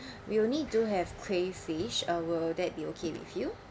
we only do have crayfish uh will that be okay with you